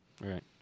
Right